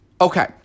Okay